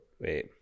Wait